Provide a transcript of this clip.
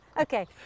Okay